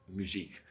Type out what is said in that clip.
muziek